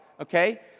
okay